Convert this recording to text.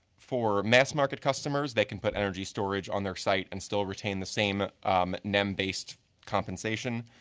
for mass market customers they can put energy storage on their site and still retain the same nem-based compensation.